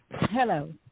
Hello